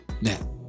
Now